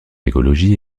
écologie